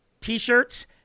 t-shirts